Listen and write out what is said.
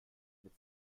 mit